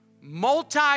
Multi